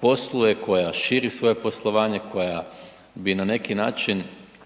posluje, koja širi svoje poslovanje, koja bi na neki način